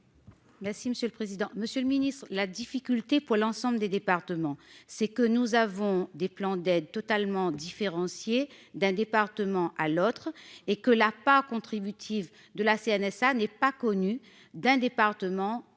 Merci monsieur le président, Monsieur le Ministre, la difficulté pour l'ensemble des départements, c'est que nous avons des plans d'aide totalement différenciées d'un département à l'autre et que la part contributive de la CNSA n'est pas connu d'un département à l'autre